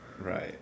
Right